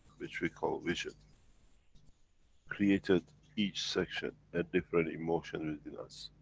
which we call, vision created each section a different emotion within us.